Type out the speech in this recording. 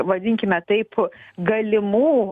vadinkime taip galimų